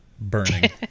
burning